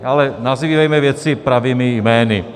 Ale nazývejme věci pravými jmény.